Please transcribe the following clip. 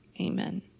amen